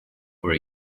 for